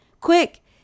Quick